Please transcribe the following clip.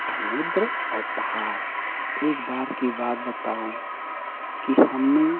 समुद्र और पहाड़ एक बार की बात बताऊँ कि हमने